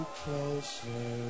closer